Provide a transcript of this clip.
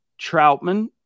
Troutman